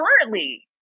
currently